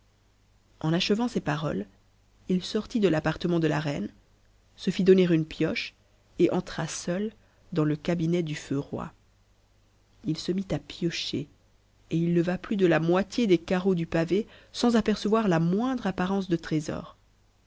en achevant ces paroles il sortit de l'appartement de la reine se lit donner une pioche et entra seul dans le cabinet du feu roi h se mit à piocher et il leva plus de la moitié des carreaux du pavé sans apercevohla moindre apparence de trésor